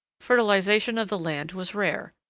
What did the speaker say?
fertilization of the land was rare.